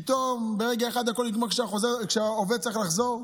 פתאום, ברגע אחד, כשהעובד צריך לחזור,